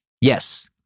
Yes